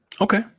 Okay